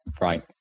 right